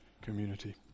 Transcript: community